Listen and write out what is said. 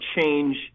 change